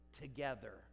together